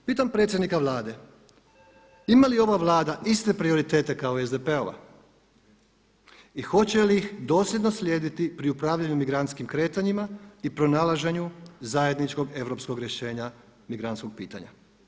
Pitam predsjednika Vlade ima li ova Vlada iste prioritet kao i SDP-ova i hoće li ih dosljedno slijediti pri upravljanju migrantskim kretanjima i pronalaženju zajedničkog europskog rješenja migrantskog pitanja?